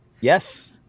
yes